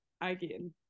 again